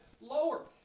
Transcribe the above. lower